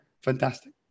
fantastic